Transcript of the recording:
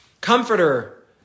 comforter